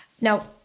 Now